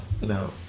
No